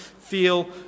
feel